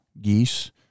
geese